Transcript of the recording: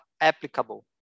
applicable